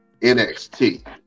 NXT